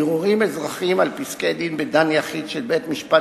ערעורים אזרחיים על פסקי-דין בדן יחיד של בית-משפט